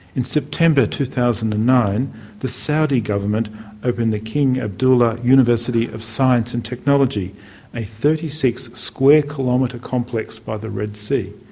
in september two thousand and nine the saudi government opened the king abdullah university of science and technology a thirty six square kilometre complex by the red sea.